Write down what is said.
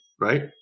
right